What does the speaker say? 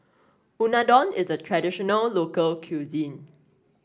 Unadon is a traditional local cuisine